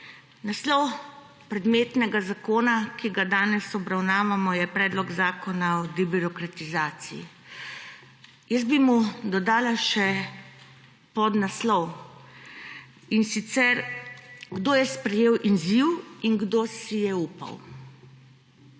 Naslov predmetnega zakona, ki ga danes obravnavamo, je Predlog zakona o debirokratizaciji. Jaz bi mu dodala še podnaslov, in sicer Kdo je sprejel izziv in kdo si je upal.